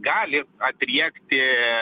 gali atriekti